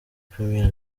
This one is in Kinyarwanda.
premier